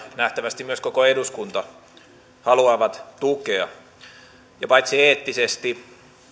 nähtävästi myös koko eduskunta haluavat tukea ja paitsi eettisesti